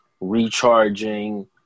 recharging